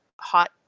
hot